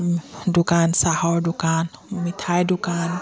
দোকান চাহৰ দোকান মিঠাই দোকান